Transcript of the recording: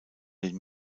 den